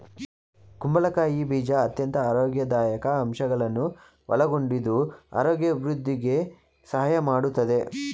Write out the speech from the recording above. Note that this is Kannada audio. ಕುಂಬಳಕಾಯಿ ಬೀಜ ಅತ್ಯಂತ ಆರೋಗ್ಯದಾಯಕ ಅಂಶಗಳನ್ನು ಒಳಗೊಂಡಿದ್ದು ಆರೋಗ್ಯ ವೃದ್ಧಿಗೆ ಸಹಾಯ ಮಾಡತ್ತದೆ